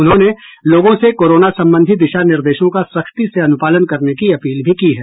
उन्होंने लोगों से कोरोना संबंधी दिशा निर्देशों का सख्ती से अनुपालन करने की अपील भी की है